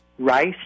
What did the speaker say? rice